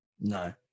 No